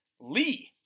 Lee